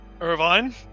Irvine